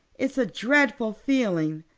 it's a dreadful feeling.